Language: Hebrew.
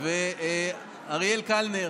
אריאל קלנר,